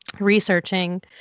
researching